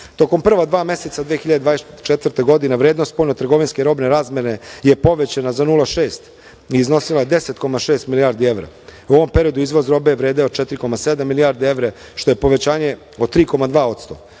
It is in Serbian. evra. Tokom prva dva meseca 2024. godine vrednost spoljnotrgovinske robne razmene je povećana za 0,6% i iznosila je 10,6 milijardi evra. U ovom periodu izvoz robe je vredeo 4,7 milijardi evra, što je povećanje od 3,2%.